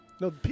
No